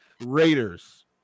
Raiders